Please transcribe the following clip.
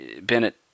Bennett